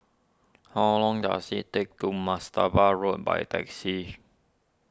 how long does it take to Marstaban Road by taxi